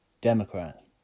Democrat